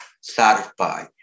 satisfy